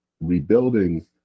rebuilding